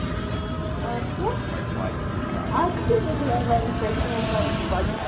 اَدٕ کیٛاہ آز کِتھ کٔنۍ کورو تۄہہِ واریاہ کٲلۍ فون کَرُن